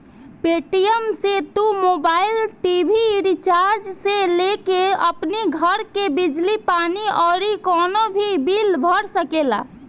Paytm से तू mobile, TV recharge से लेके अपनी घर के बिजली पानी अउरी कवनो भी बिल भर सकेला